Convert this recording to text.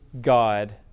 God